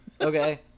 okay